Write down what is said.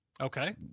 Okay